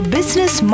Business